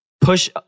push